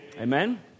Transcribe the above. Amen